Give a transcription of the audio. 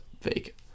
fake